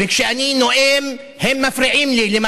וכשאני נואם הם מפריעים לי,